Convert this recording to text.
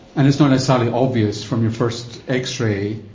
and it's not necessarily obvious from your first x-ray,